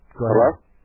Hello